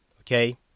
Okay